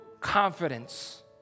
confidence